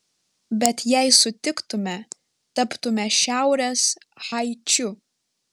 bet jei sutiktume taptume šiaurės haičiu